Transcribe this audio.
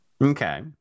Okay